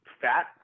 fat